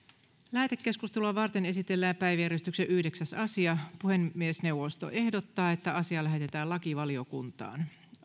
lähetekeskustelua varten esitellään päiväjärjestyksen yhdeksäs asia puhemiesneuvosto ehdottaa että asia lähetetään lakivaliokuntaan